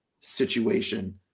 situation